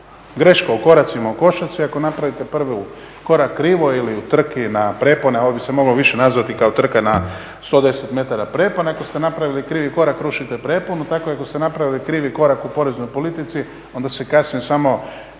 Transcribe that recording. greška u koracima u košarci, ako napravite prvi korak krivo ili u trci na prepone, ovo bi se više moglo nazvati kao trka na 110 metara prepone, ako ste napravili krivi korak rušite preponu, tako i ako ste napravili krivi korak u poreznoj politici onda se kasnije samo